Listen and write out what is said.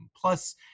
Plus